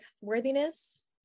worthiness